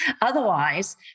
Otherwise